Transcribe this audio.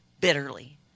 bitterly